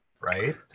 right